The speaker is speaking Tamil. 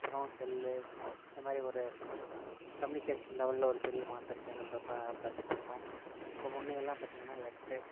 அப்பறம் செல்லு இந்த மாதிரி ஒரு கம்யூனிகேஷன் லெவலில் ஒரு பெரிய மாற்றத்தை நம்ம பார்த்துட்டுருக்கோம் அப்போ முன்னேயெல்லாம் பார்த்திங்கனா லெட்ரு